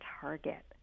target